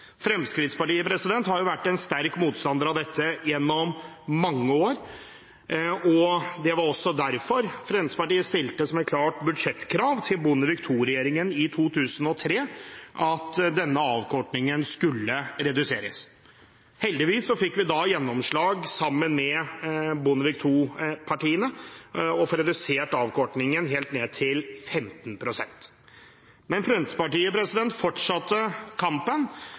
Fremskrittspartiet har vært en sterk motstander av dette gjennom mange år. Det var også derfor Fremskrittspartiet stilte som et klart budsjettkrav til Bondevik II-regjeringen i 2003 at denne avkortningen skulle reduseres. Heldigvis fikk vi gjennomslag, sammen med Bondevik II-partiene, og fikk redusert avkortningen helt ned til 15 pst. Men Fremskrittspartiet fortsatte kampen